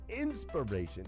inspiration